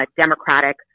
democratic